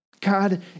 God